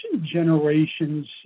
generations